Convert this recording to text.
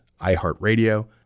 iHeartRadio